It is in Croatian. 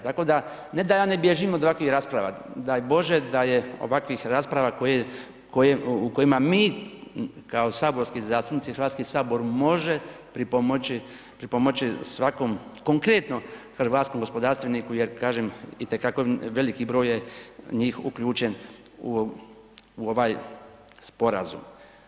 Tako ne da ja ne bježim od ovakvih rasprava, daj Bože da je ovakvih rasprava, koje, u kojima mi kao saborski zastupnici i Hrvatski sabor, može pripomoći, pripomoći svakom konkretno hrvatskom gospodarstveniku jer kažem itekako veliki broj je njih uključen u ovaj sporazum.